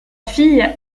fille